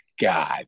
God